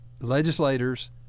legislators